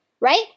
right